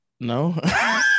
no